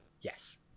Yes